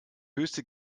höchste